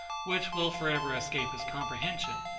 which will for ever escape his comprehension.